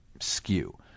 skew